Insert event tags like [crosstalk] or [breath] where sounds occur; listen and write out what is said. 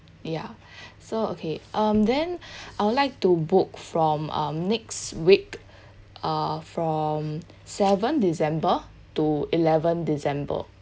ya [breath] so okay um then I would like to book from um next week uh from seven december to eleven december